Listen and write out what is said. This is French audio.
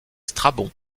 strabon